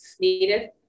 needed